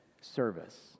service